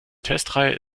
testreihe